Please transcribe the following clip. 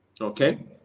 okay